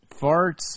farts